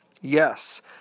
Yes